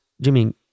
Jimmy